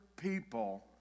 people